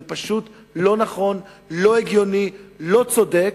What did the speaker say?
זה פשוט לא נכון, לא הגיוני, לא צודק.